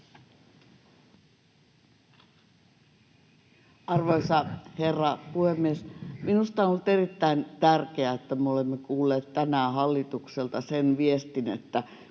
Arvoisa herra puhemies! Minusta on ollut erittäin tärkeää, että me olemme kuulleet tänään hallitukselta sen viestin, että